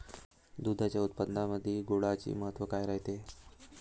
दूध उत्पादनामंदी गुळाचे महत्व काय रायते?